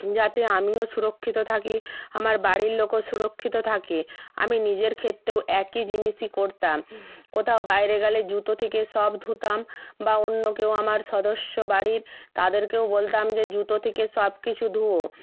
যাতে আমিও সুরক্ষিত থাকি আমার বাড়ির লোকও সুরক্ষিত থাকে আমি নিজের ক্ষেত্রেও একই জিনিসই করতাম কোথাও বাইরে গেলে জুতো থেকে সব ধুতাম বা অন্য কেউ আমার সদস্য বাড়ির তাদেরকেও বলতাম যে জুতো থেকে সব কিছু ধোও